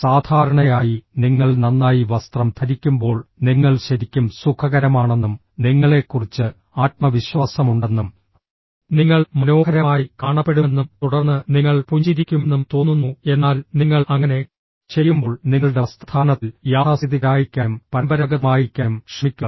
സാധാരണയായി നിങ്ങൾ നന്നായി വസ്ത്രം ധരിക്കുമ്പോൾ നിങ്ങൾ ശരിക്കും സുഖകരമാണെന്നും നിങ്ങളെക്കുറിച്ച് ആത്മവിശ്വാസമുണ്ടെന്നും നിങ്ങൾ മനോഹരമായി കാണപ്പെടുമെന്നും തുടർന്ന് നിങ്ങൾ പുഞ്ചിരിക്കുമെന്നും തോന്നുന്നു എന്നാൽ നിങ്ങൾ അങ്ങനെ ചെയ്യുമ്പോൾ നിങ്ങളുടെ വസ്ത്രധാരണത്തിൽ യാഥാസ്ഥിതികരായിരിക്കാനും പരമ്പരാഗതമായിരിക്കാനും ശ്രമിക്കുക